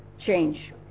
change